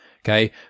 Okay